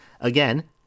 again